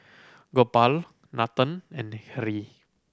Gopal Nathan and Hri